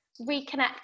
reconnect